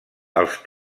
els